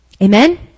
Amen